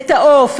את העוף,